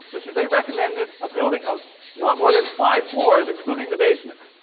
which is they recommended a building of not more than five floors including the basement,